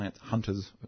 hunters